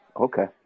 Okay